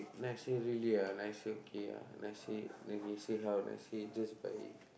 then I say really ah then I say okay ah then I say then he say how then I say just by